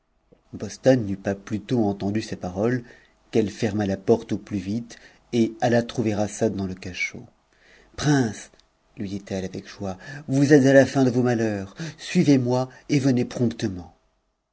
bostane n'eut pas plutôt entendu ces paroles qu'elle ferma la porte au plus vite et alla trouver assad dans le cachot t prince lui dit-elle avec joie vous êtes à la fin de vos malheurs suivez-moi et venez promptement